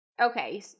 Okay